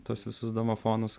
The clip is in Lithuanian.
tuos visus domofonus